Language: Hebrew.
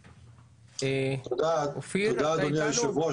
תודה, אדוני היושב-ראש.